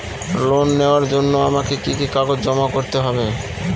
Loan নেওয়ার জন্য আমাকে কি কি কাগজ জমা করতে হবে?